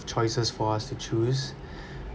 choices for us to choose